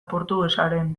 portugesaren